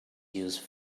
used